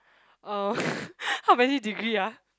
uh how many degree ah